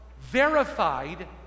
verified